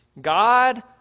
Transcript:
God